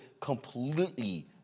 completely